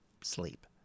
sleep